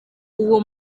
uwo